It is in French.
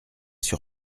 sur